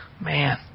Man